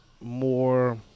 more